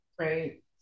Right